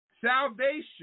salvation